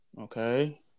Okay